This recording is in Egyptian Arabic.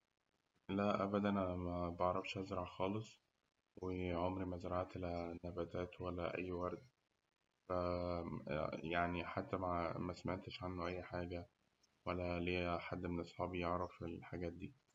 لا أبداً أنا مبعرفش أزرع خالص، وعمري ما زرعت لا نباتات ولا أي ورد، ف يعني حتى مسمعتش عنه أي حاجة ولا حد من أصحابي يعرف الحاجات دي.